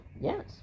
yes